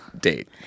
date